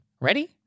Ready